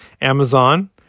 Amazon